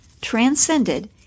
transcended